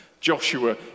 Joshua